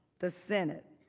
the senate,